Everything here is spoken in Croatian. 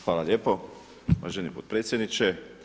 Hvala lijepa uvaženi potpredsjedniče.